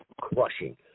crushing